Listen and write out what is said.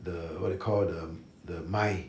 the what do you call the the mine